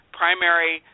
primary